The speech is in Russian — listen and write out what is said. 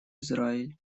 израиль